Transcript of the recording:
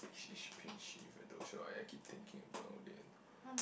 it's expensive I don't know why I keep thinking about it